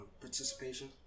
participation